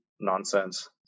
nonsense